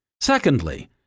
Secondly